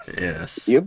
Yes